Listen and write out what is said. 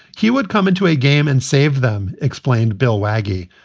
he would come into a game and save them, explained bill wagdy,